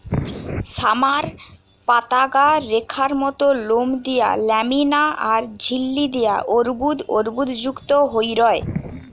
summer পাতাগা রেখার মত লোম দিয়া ল্যামিনা আর ঝিল্লি দিয়া অর্বুদ অর্বুদযুক্ত হই রয়